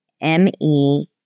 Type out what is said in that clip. M-E